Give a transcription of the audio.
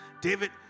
David